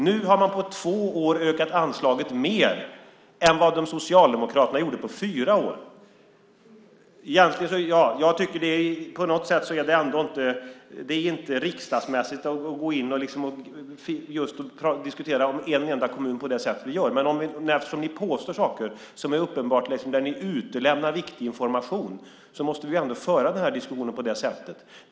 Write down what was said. Nu har borgarna på två år ökat anslaget mer än vad Socialdemokraterna gjorde på fyra år. På något sätt är det inte riksdagsmässigt att gå in och diskutera om en enda kommun på det sätt som vi gör men eftersom ni påstår saker där ni utelämnar viktig information måste vi ändå föra diskussionen på det sättet.